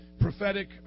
prophetic